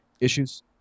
issues